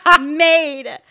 made